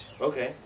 Okay